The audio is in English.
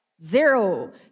Zero